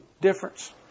difference